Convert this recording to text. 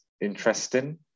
interesting